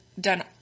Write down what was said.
done